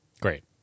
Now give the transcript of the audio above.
Great